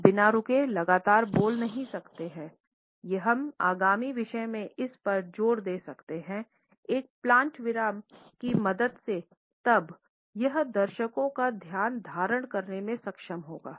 हम बिना रुके लगातार बोल नहीं सकते हैंहम आगामी विषय में इस पर जोर दे सकते हैं एक प्लांट विराम की मदद से तब यह दर्शकों का ध्यान धारण करने में सक्षम होगा